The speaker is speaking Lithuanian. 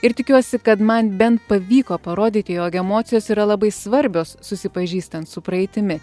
ir tikiuosi kad man bent pavyko parodyti jog emocijos yra labai svarbios susipažįstant su praeitimi